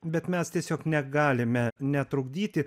bet mes tiesiog negalime netrukdyti